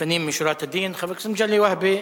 לפנים משורת הדין, חבר הכנסת מגלי והבה,